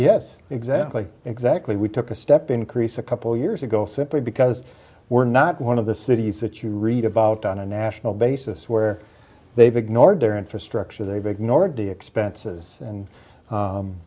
yes exactly exactly we took a step increase a couple years ago simply because we're not one of the cities that you read about on a national basis where they've ignored their infrastructure they've ignored the expenses and